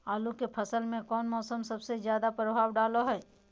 आलू के फसल में कौन मौसम सबसे ज्यादा प्रभाव डालो हय?